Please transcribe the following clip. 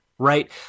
right